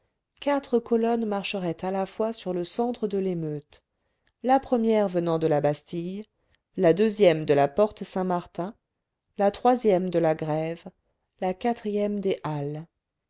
quatre colonnes marcheraient à la fois sur le centre de l'émeute la première venant de la bastille la deuxième de la porte saint-martin la troisième de la grève la quatrième des halles